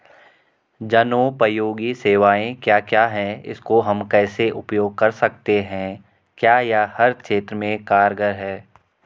जनोपयोगी सेवाएं क्या क्या हैं इसको हम कैसे उपयोग कर सकते हैं क्या यह हर क्षेत्र में कारगर है?